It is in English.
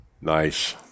nice